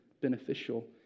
beneficial